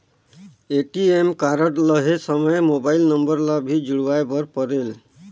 ATM card लहे समय mobile number ला भी जुड़वाए बर परेल?